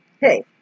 Hey